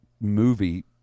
movie